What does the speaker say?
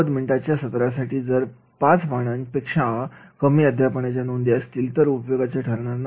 90 मिनिटांच्या सत्र साठी जर पाच पानांपेक्षा कमी अध्यापनाच्या नोंदी असतील तर उपयोगाचे ठरणार नाही